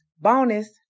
Bonus